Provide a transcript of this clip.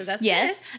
Yes